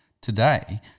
Today